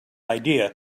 idea